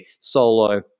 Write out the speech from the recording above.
solo